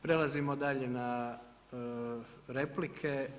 Prelazimo dalje na replike.